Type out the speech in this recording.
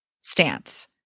stance